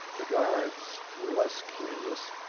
the guards were less curious,